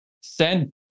send